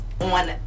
on